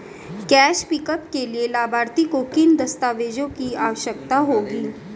Cash pickup के लिए लाभार्थी को किन दस्तावेजों की आवश्यकता होगी?